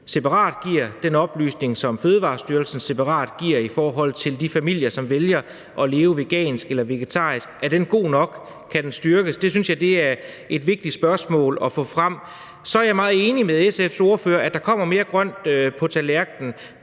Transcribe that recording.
separat giver, den oplysning, som Fødevarestyrelsen separat giver, til de familier, som vælger at leve vegansk eller vegetarisk, er god nok, eller om den kan styrkes. Det synes jeg er et vigtigt spørgsmål at få frem. Så er jeg meget enig med SF's ordfører i, at der kommer mere grønt på tallerkenen.